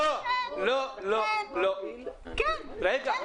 אוקיי חברי הכנסת,